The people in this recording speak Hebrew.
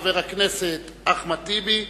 חבר הכנסת אחמד טיבי,